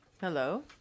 Hello